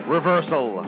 Reversal